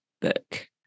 book